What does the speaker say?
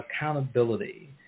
accountability